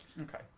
Okay